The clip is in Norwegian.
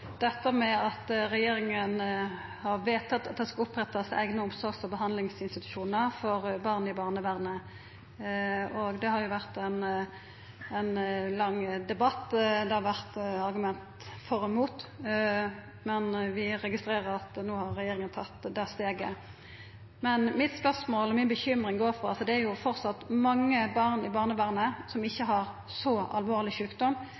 vedtatt at det skal opprettast eigne omsorgs- og behandlingsinstitusjonar for barn i barnevernet. Det har vore ein lang debatt. Det har vore argument for og mot, men vi registrerer at no har regjeringa tatt det steget. Mitt spørsmål og mi bekymring gjeld at det framleis er mange barn i barnevernet som ikkje har så alvorleg sjukdom,